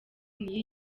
niyo